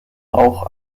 auch